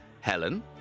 Helen